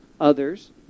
others